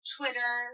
Twitter